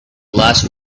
last